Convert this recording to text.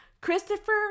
christopher